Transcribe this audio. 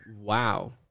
wow